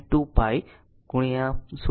3 6 pi 0